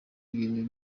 ibintu